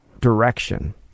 direction